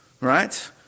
right